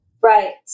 Right